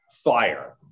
Fire